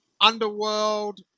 underworld